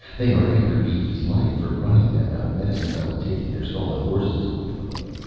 they are after bb's life, for running them out of medicine bow and taking their stolen horses away from them.